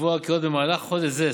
לקבוע כי עוד במהלך חודש זה,